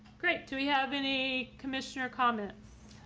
great to have any commissioner comments?